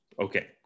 Okay